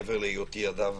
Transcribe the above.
מעבר להיותי אדם